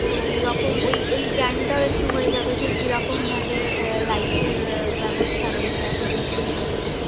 তো ওইরকম ওই ওই জ্ঞানটাও একটু হয়ে যাবে যে কি রকমভাবে লাইটের ব্যবস্থা রয়েছে এখন নতুন ধরনের